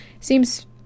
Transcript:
seems